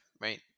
right